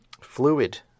fluid